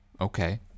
Okay